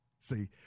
See